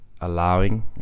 allowing